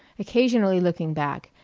occasionally looking back,